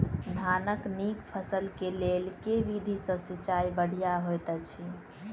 धानक नीक फसल केँ लेल केँ विधि सँ सिंचाई बढ़िया होइत अछि?